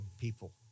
people